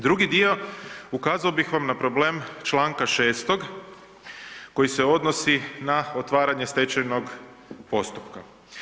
Drugi dio, ukazao bih vam na problem čl. 6.koji se odnosi na otvaranje stečajnog postupka.